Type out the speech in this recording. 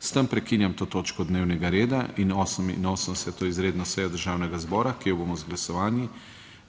S tem prekinjam to točko dnevnega reda in 88. izredno sejo Državnega zbora, ki jo bomo z glasovanji